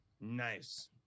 nice